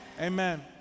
Amen